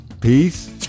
peace